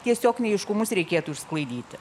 tiesiog neaiškumus reikėtų išsklaidyti